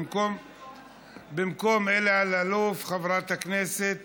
במקום אלי אלאלוף, חברת הכנסת